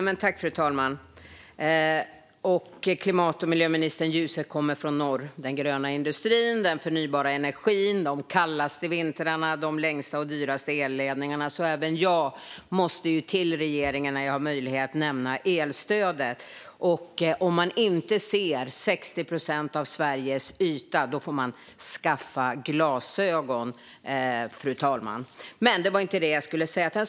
Fru talman! Ljuset kommer från norr, klimat och miljöministern. Där finns den gröna industrin, den förnybara energin, de kallaste vintrarna och de längsta och dyraste elledningarna. Även jag måste nämna elstödet för regeringen när jag har möjlighet. Om man inte ser 60 procent av Sveriges yta får man skaffa glasögon. Men det var inte främst det jag skulle säga, fru talman.